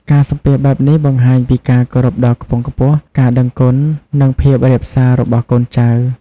ការសំពះបែបនេះបង្ហាញពីការគោរពដ៏ខ្ពង់ខ្ពស់ ការដឹងគុណ និងភាពរាបសារបស់កូនចៅ។